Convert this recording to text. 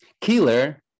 killer